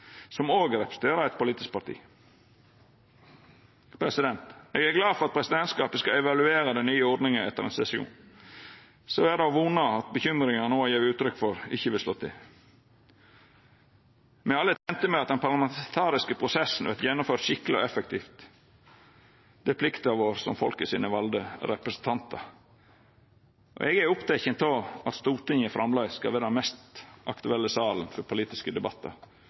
som òg representerer eit politisk parti. Eg er glad for at presidentskapet skal evaluera den nye ordninga etter ein sesjon. Så er det å vona at bekymringane eg no har gjeve uttrykk for, ikkje vil slå til. Me er alle tente med at den parlamentariske prosessen vert gjennomført skikkeleg og effektivt. Det er plikta vår som folkets valde representantar. Eg er oppteken av at Stortinget framleis skal vera den mest aktuelle salen for politiske debattar.